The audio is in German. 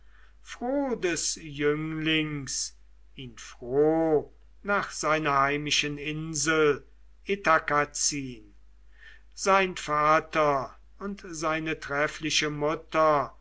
froh des jünglings ihn froh nach seiner heimischen insel ithaka ziehn sein vater und seine treffliche mutter